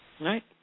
Right